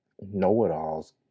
know-it-alls